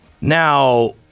now